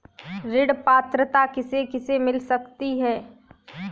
ऋण पात्रता किसे किसे मिल सकती है?